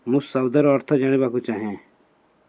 ମୁଁ ଶବ୍ଦର ଅର୍ଥ ଜାଣିବାକୁ ଚାହେଁ